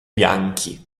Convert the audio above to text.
bianchi